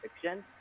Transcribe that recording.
fiction